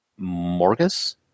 Morgus